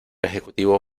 ejecutivo